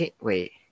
Wait